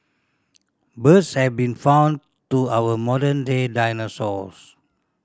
birds have been found to our modern day dinosaurs